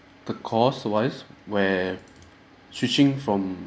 the cost-wise where switching from